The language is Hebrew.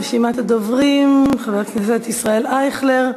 רשימת הדוברים: חבר הכנסת ישראל אייכלר,